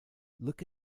look